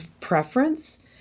preference